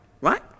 Right